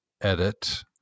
edit